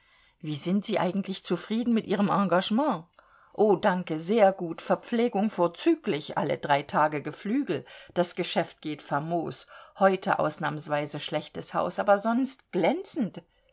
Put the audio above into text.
wie sind sie eigentlich zufrieden mit ihrem engagement oh danke sehr gut verpflegung vorzüglich alle drei tage geflügel das geschäft geht famos heute ausnahmsweise schlechtes haus aber sonst glänzend